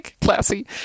classy